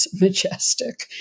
majestic